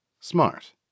Smart